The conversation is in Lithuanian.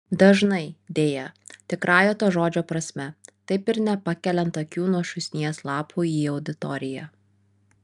dažnai deja tikrąja to žodžio prasme taip ir nepakeliant akių nuo šūsnies lapų į auditoriją